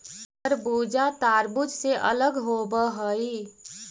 खरबूजा तारबुज से अलग होवअ हई